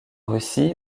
russie